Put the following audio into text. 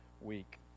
week